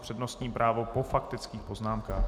Přednostní právo po faktických poznámkách.